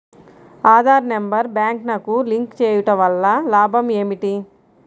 Aadhaar number బ్యాంక్నకు link చేయుటవల్ల లాభం ఏమిటి?